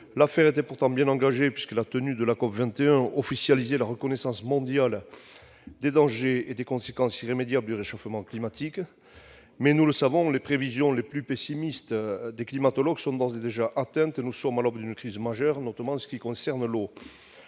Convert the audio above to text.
L'affaire était pourtant bien engagée puisque la tenue de la COP21 officialisait la reconnaissance mondiale des dangers et des conséquences irrémédiables du réchauffement climatique. Mais nous le savons, les prévisions les plus pessimistes des climatologues ont d'ores et déjà été atteintes. Nous sommes à l'aube d'une crise majeure, notamment en ce qui concerne l'eau.